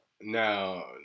Now